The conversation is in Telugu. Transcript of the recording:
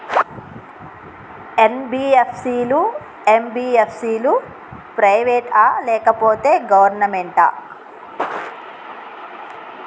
ఎన్.బి.ఎఫ్.సి లు, ఎం.బి.ఎఫ్.సి లు ప్రైవేట్ ఆ లేకపోతే గవర్నమెంటా?